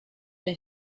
der